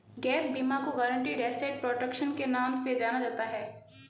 gap बीमा को guaranteed asset protection के नाम से जाना जाता है